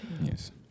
Yes